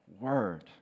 word